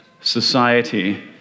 society